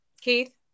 Keith